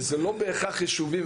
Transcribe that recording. וזה לא בהכרח יישובים.